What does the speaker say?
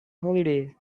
holiday